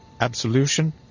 Absolution